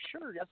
sure